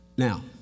Now